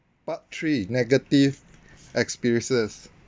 part three negative experiences